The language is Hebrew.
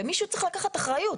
מישהו צריך לקחת אחריות.